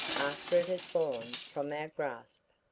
after it has fallen from our grasp.